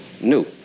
new